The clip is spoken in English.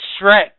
Shrek